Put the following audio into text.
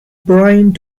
byrne